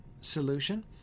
solution